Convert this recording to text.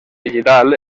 digital